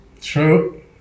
True